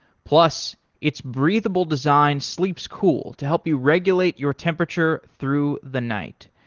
plus its breathable design sleeps cool to help you regulate your temperature through the night.